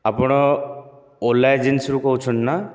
ଆପଣ ଓଲା ଏଜେନ୍ସିରୁ କହୁଛନ୍ତି ନା